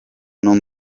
non